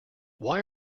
why